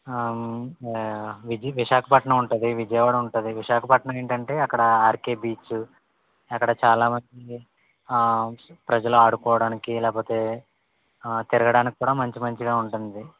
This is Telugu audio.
ఇది విశాఖపట్నం ఉంటది విజయవాడ ఉంటది విశాఖపట్నం ఏంటంటే అక్కడ ఆర్కే బీచ్ అక్కడ చాలా ప్రజలు ఆడుకోడానికి లేకపోతే తిరగడానికి కూడ మంచి మంచిగా ఉంటంది